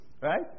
Right